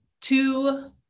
two